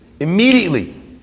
immediately